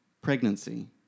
pregnancy